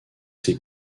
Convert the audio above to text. ses